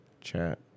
chat